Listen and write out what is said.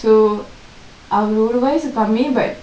so அவரு ஒறு வயசு கம்மி:avaru oru vayasu kammi but